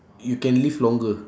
you can live longer